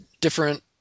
different